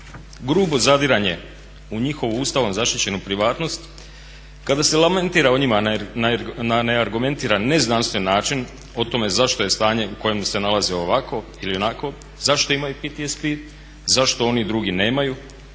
grubo zadiranje u njihovu Ustavom zaštićenu privatnost. Kada se lamentira o njima na neargumentiran, neznanstven način o tome zašto je stanje u kojemu se nalaze ovakvo ili onakvo, zašto imaju PTSP, zašto oni drugi nemaju,